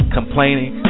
complaining